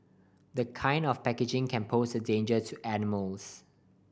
the kind of packaging can pose a danger to animals